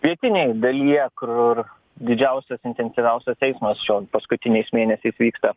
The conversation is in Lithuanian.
pietinėj dalyje kur didžiausias intensyviausias eismas šio paskutiniais mėnesiais vyksta